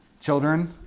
children